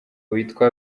witwa